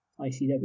icw